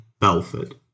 Belford